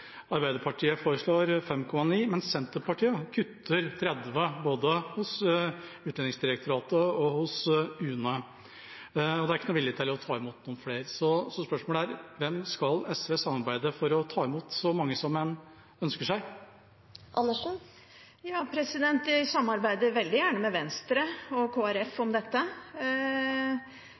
Arbeiderpartiet foreslår 5,9 mill., mens Senterpartiet kutter 30 mill., både til Utlendingsdirektoratet og til UNE. Det er ikke noen vilje til å ta imot flere. Så spørsmålet er: Hvem skal SV samarbeide med for å ta imot så mange som en ønsker seg? Vi samarbeider veldig gjerne med Venstre og Kristelig Folkeparti om dette.